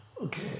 Okay